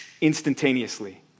instantaneously